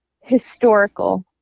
Historical